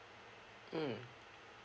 mm